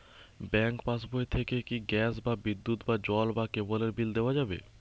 Bank পাশবই থেকে কি গ্যাস বা বিদ্যুৎ বা জল বা কেবেলর বিল দেওয়া যাবে?